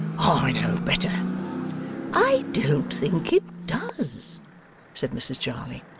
i know better i don't think it does said mrs jarley.